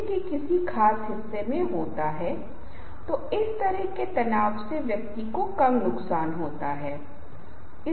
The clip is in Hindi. इसलिए जब आप प्रस्तुति दे रहे हों तो आपको इन तत्वों के बारे में पता होना चाहिए